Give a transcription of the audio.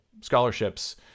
scholarships